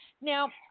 now